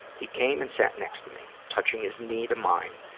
he came and sat next to me, touching his knee to mine,